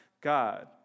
God